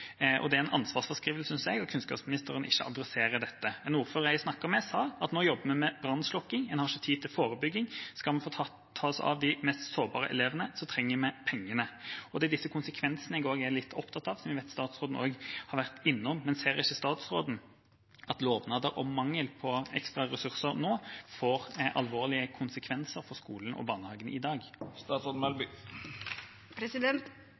Det er en ansvarsfraskrivelse, synes jeg, at kunnskapsministeren ikke adresserer dette. En ordfører jeg snakket med, sa: «Nå jobber vi med brannslukking, en har ikke tid til forebygging, skal vi få tatt oss av de mest sårbare elevene, trenger vi pengene.» Det er disse konsekvensene jeg er litt opptatt av, og som jeg vet at statsråden også har vært innom. Men ser ikke statsråden at lovnader og mangel på ekstraressurser får alvorlige konsekvenser for skolene og barnehagene i dag?